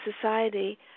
society